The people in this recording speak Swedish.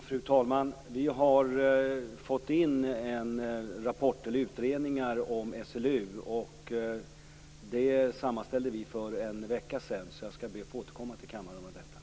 Fru talman! Vi har fått in utredningar om SLU. Vi sammanställde dem för en vecka sedan. Jag skall be att få återkomma till kammaren om detta.